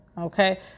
Okay